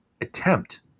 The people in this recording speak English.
attempt